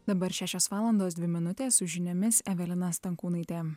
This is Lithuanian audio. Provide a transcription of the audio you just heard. dabar šešios valandos dvi minutės su žiniomis evelina stankūnaitė